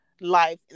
life